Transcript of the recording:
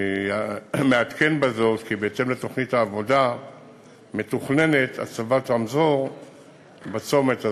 אני מעדכן בזאת כי בהתאם לתוכנית העבודה מתוכננת הצבת רמזור בצומת הזה,